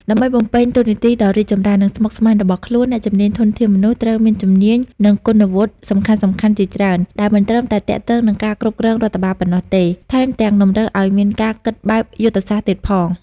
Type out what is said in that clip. ដើម្បីបំពេញតួនាទីដ៏រីកចម្រើន និងស្មុគស្មាញរបស់ខ្លួន អ្នកជំនាញ ធនធានមនុស្ស ត្រូវមានជំនាញ និងគុណវុឌ្ឍិសំខាន់ៗជាច្រើន ដែលមិនត្រឹមតែទាក់ទងនឹងការគ្រប់គ្រងរដ្ឋបាលប៉ុណ្ណោះទេ ថែមទាំងតម្រូវឱ្យមានការគិតបែបយុទ្ធសាស្ត្រទៀតផង។